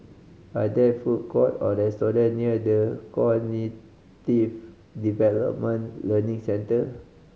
are there food court or restaurant near The Cognitive Development Learning Centre